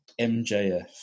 MJF